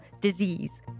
disease